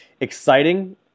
exciting